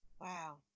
Wow